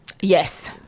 Yes